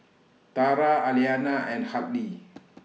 Tara Aliana and Hartley